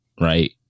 right